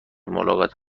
ملاقات